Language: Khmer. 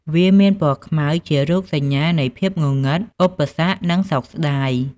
វាមានពណ៌ខ្មៅជារូបសញ្ញានៃភាពងងឹត ឧបសគ្គ និងសោកស្តាយ។